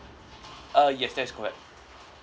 uh yes that's correct